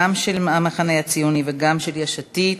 גם של המחנה הציוני וגם של יש עתיד,